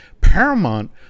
Paramount